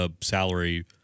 salary